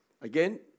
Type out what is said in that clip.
Again